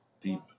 Deep